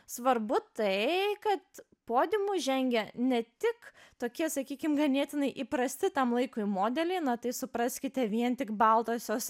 svarbu tai kad podiumu žengė ne tik tokie sakykime ganėtinai įprasti tam laikui modeliai na tai supraskite vien tik baltosios